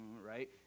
Right